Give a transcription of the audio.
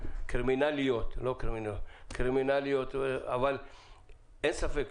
אבל אין ספק,